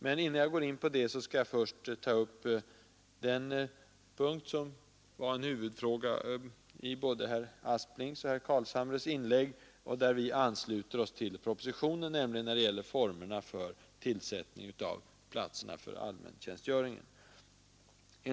Men innan jag går in på det skall jag ta upp den punkt som var en huvudfråga i både herr Carlshamres och herr Asplings inlägg och där vi ansluter oss till propositionen, nämligen formerna för tillsättning av platserna för allmäntjänstgöringen.